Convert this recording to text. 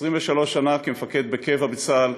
23 שנה כמפקד בקבע בצה"ל,